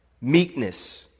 meekness